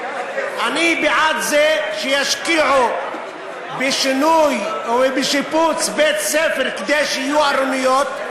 אני בעד זה שישקיעו בשינוי או בשיפוץ בית-ספר כדי שיהיו ארוניות,